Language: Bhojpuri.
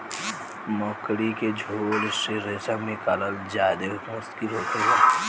मकड़ी के झोल से रेशम निकालल ज्यादे मुश्किल होखेला